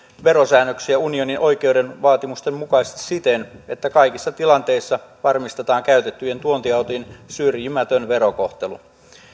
verosäännöksiä unionin oikeuden vaatimusten mukaisesti siten että kaikissa tilanteissa varmistetaan käytettyjen tuontiautojen syrjimätön verokohtelu